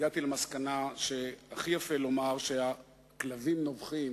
והגעתי למסקנה שהכי יפה לומר שהכלבים נובחים